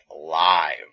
Live